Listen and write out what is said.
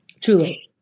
Truly